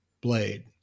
blade